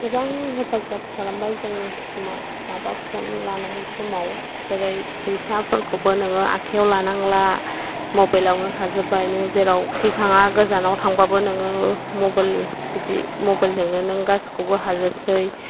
गोबां हेफाजाब खालामबाय जोंनि सिमा माबा फन लानाय समाव जेरै फैसाफोरखौबो नोङो आखायाव लानांला मबाइलावनो थाजोबबाय नों जेरावखि थाङा गोजानाव थांबाबो नोङो मबाइल बिदि मबाइलजोंनो नों गासैखौबो हाजोबसै